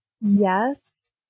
Yes